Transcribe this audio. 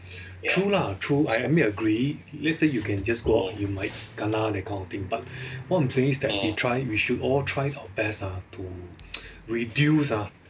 true lah true I mean I agree let's say you can just go out and you might kena that kind of thing but what I'm saying is that we try we should all try our best ah to reduce ah